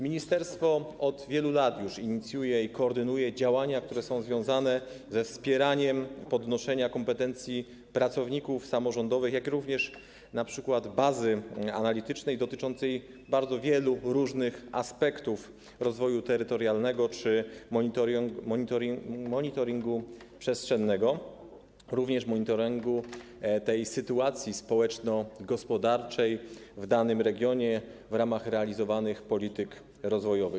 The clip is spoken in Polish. Ministerstwo od wielu lat inicjuje i koordynuje działania, które są związane ze wspieraniem podwyższania kompetencji pracowników samorządowych, jak również np. bazy analitycznej dotyczącej bardzo wielu różnych aspektów rozwoju terytorialnego, monitoringu przestrzennego, jak również monitoringu sytuacji społeczno-gospodarczej w danym regionie w ramach realizowanych polityk rozwojowych.